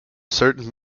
certain